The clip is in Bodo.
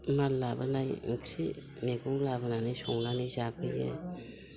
माल लाबोनाय ओंख्रि मैगं लाबोनानै संनानै जाफैयो